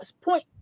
point